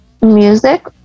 music